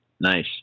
Nice